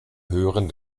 hören